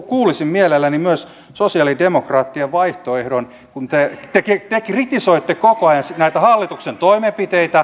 kuulisin mielelläni myös sosialidemokraattien vaihtoehdon kun te kritisoitte koko ajan näitä hallituksen toimenpiteitä